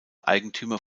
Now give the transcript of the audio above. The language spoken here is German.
eigentümer